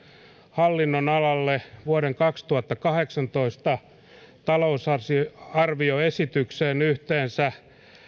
hallinnonalalle vuoden kaksituhattakahdeksantoista talousarvioesitykseen yhteensä